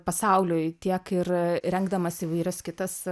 pasauliui tiek ir rengdamas įvairias kitas